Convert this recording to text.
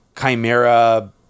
chimera